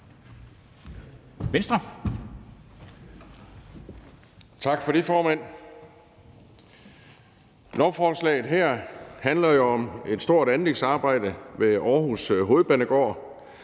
(V): Tak for det, formand. Lovforslaget her handler jo om et stort anlægsarbejde ved Aarhus Hovedbanegård,